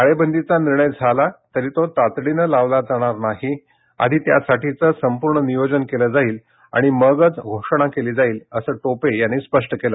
टाळेबंदीचा निर्णय झाला तरी तो तातडीनं लावला जाणार नाही आधी त्यासाठीचं संपूर्ण नियोजन केलं जाईल आणि मगच घोषणा केली जाईल असं टोपे यांनी स्पष्ट केलं